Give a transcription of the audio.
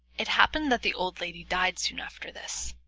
it happened that the old lady died soon after this,